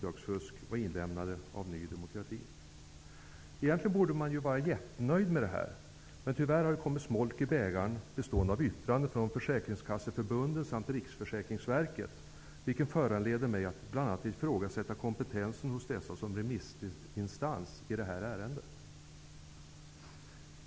Egentligen borde jag vara jättenöjd med detta, men tyärr har det kommit smolk i bägaren bestående av yttranden från Riksförsäkringsverket, vilket föranleder mig att bl.a. ifrågasätta dessa myndigheters kompetens som remissinstans i detta ärende.